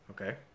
Okay